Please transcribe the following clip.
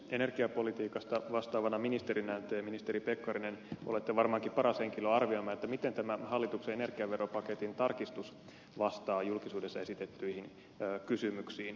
energiapolitiikasta vastaavana ministerinä te ministeri pekkarinen olette varmaankin paras henkilö arvioimaan miten tämä hallituksen energiaveropaketin tarkistus vastaa julkisuudessa esitettyihin kysymyksiin